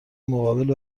مقابل